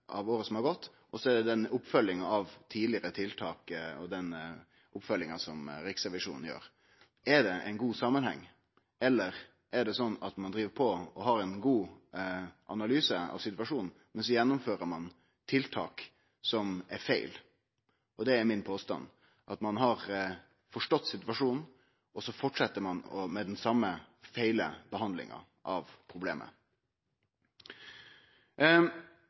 året som har gått, og så er det oppfølging av tidlegare tiltak og den oppfølginga som Riksrevisjonen gjer. Er det ein god samanheng, eller er det sånn at ein driv på og har ei god analyse av situasjonen, men så gjennomfører ein tiltak som er feil? Det er min påstand at ein har forstått situasjonen, og så fortset ein med den same feilbehandlinga av problemet.